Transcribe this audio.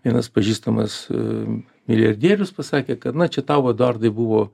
vienas pažįstamas a milijardierius pasakė kad na čia tau eduardai buvo